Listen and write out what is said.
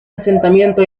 asentamiento